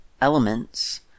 elements